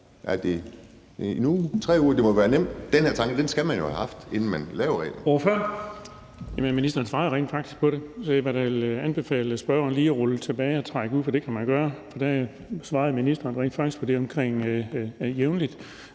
det 1 uge, 3 uger? Det må være nemt, for den her tanke skal man jo have haft, inden man laver reglen.